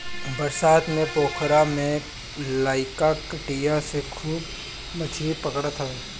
बरसात में पोखरा में लईका कटिया से खूब मछरी पकड़त हवे